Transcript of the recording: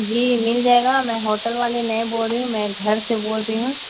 جی مل جائے گا میں ہوٹل والی نہیں بول رہی ہوں میں گھر سے بول رہی ہوں